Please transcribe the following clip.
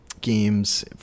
games